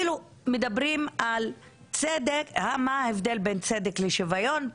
מדברים על צדק, מה ההבדל בין צדק לשוויון.